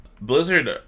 Blizzard